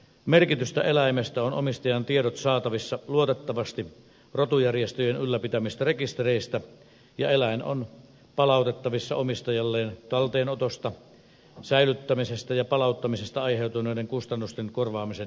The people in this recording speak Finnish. merkitystä eläimestä on omistajan tiedot saatavissa luotettavasti rotujärjestöjen ylläpitämistä rekistereistä ja eläin on palautettavissa omistajalleen talteenotosta säilyttämisestä ja palauttamisesta aiheutuneiden kustannusten korvaamisen jälkeen